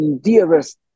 dearest